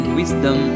wisdom